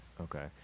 Okay